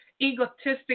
egotistic